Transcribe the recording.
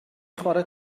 chwarae